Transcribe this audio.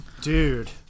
Dude